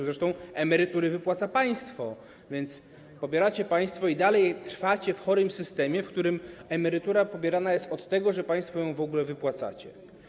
Zresztą emerytury wypłaca państwo, więc pobieracie państwo dalej podatek i trwacie w chorym systemie, w którym emerytura pobierana jest dlatego, że państwo ją w ogóle wypłacacie.